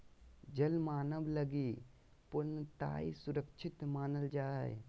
जल मानव लगी पूर्णतया सुरक्षित मानल जा हइ